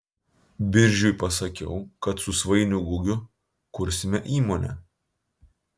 biržiui pasakiau kad su svainiu gugiu kursime įmonę